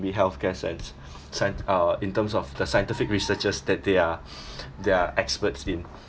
be healthcare sense sense uh in terms of the scientific researchers that they are they are experts in